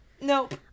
Nope